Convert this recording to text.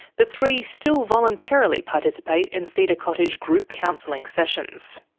the three still voluntarily participate in cedar cottage group counselling sessions.